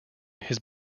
his